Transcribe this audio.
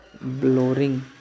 blurring